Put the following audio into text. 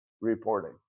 reporting